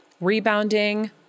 rebounding